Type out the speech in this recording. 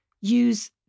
use